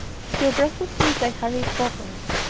still breathlessly they hurried forward,